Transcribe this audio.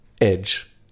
edge